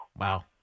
Wow